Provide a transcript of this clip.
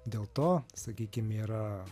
dėl to sakykim yra